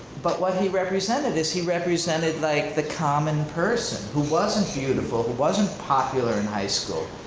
but what he represented is he represented like the common person who wasn't beautiful, who wasn't popular in high school,